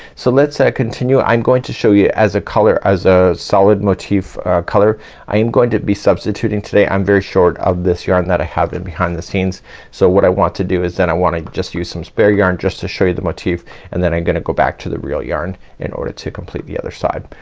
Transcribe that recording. so let's ah continue. i'm going to show you as a color as a solid motif color i am going to be substituting today. i'm very short of this yarn that i have in behind the scenes so what i want to do is then i wanna just use some spare yarn just to show you the motif and then i'm gonna go back to the real yarn in order to complete the other side.